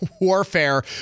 warfare